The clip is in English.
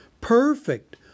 perfect